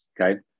Okay